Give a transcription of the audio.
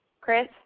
Chris